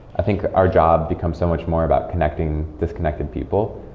i think our job becomes so much more about connecting disconnected people.